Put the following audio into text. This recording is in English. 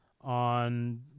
on